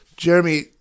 Jeremy